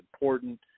important